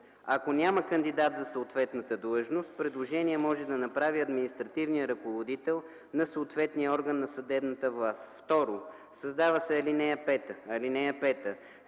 „Ако няма кандидат за съответната длъжност, предложение може да направи административният ръководител на съответния орган на съдебната власт”. 2. Създава се ал.